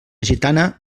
gitana